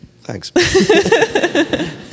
Thanks